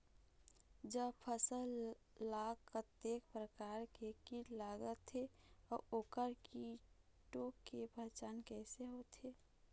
जब फसल ला कतेक प्रकार के कीट लगथे अऊ ओकर कीटों के पहचान कैसे होथे?